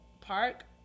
park